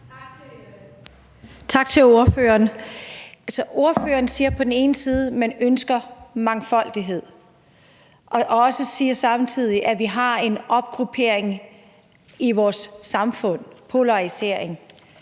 Tak til ordføreren. Ordføreren siger på den ene side, at man ønsker mangfoldighed, men på den anden side siger hun, at vi har en polarisering i vores samfund. Men